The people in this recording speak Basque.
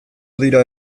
dira